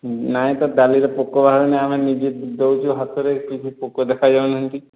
ନାହିଁ ତ ଡାଲିରେ ପୋକ ବାହାରୁନି ଆମେ ନିଜେ ଦେଉଛୁ ହାତରେ କିଛି ପୋକ ଦେଖାଯାଉନାହାନ୍ତି